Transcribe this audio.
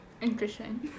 Interesting